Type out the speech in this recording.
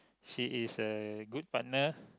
she is a good partner